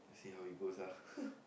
see how it goes lah